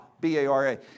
B-A-R-A